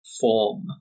form